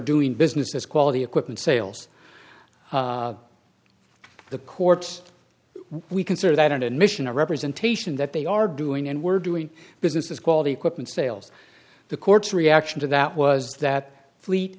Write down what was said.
doing business as quality equipment sales the courts we consider that an admission of representation that they are doing and we're doing business with quality equipment sales the courts reaction to that was that fleet